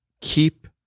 keep